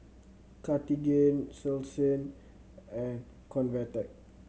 Cartigain Selsun and Convatec